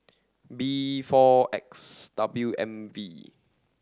B four X W M V